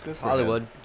Hollywood